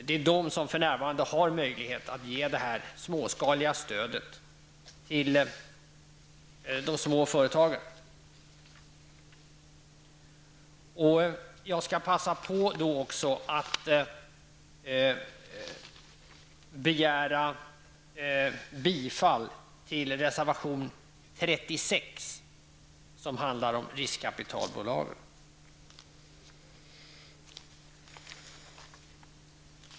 Det är de som för närvarande har möjlighet att ge det småskaliga stödet till de små företagen. Jag skall passa på att yrka bifall till reservation 36, som handlar om riskkapitalbolagen.